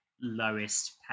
lowest